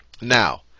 Now